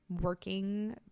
working